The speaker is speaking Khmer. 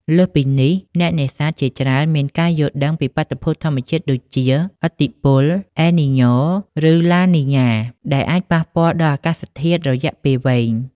លើសពីនេះ អ្នកនេសាទជាច្រើនមានការយល់ដឹងពីបាតុភូតធម្មជាតិដូចជា ឥទ្ធិពល អែល នី-ញ៉ូ ឬ ឡា នី-ញ៉ា ដែលអាចប៉ះពាល់ដល់អាកាសធាតុរយៈពេលវែង។